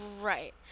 Right